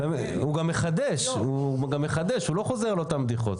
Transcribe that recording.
הוא גם מחדש, הוא לא חוזר על אותן בדיחות.